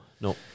no